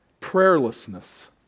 Prayerlessness